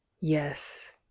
Yes